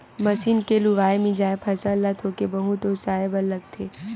machine के लुवाए, मिंजाए फसल ल थोके बहुत ओसाए बर लागथे